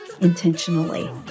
intentionally